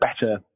better